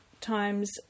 times